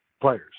players